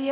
Det